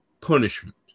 punishment